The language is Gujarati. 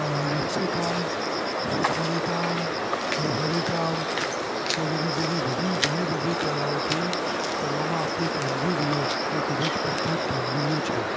નકશીકામ સુથારીકામ લુહારીકામ વગેરે જેવી બધી ઘણીબધી કળાઓથી કરવામાં આવતી કામગીરીઓ એ ખૂબ જ પ્રખ્યાત કામગીરીઓ છે